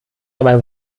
dabei